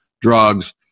drugs